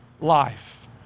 life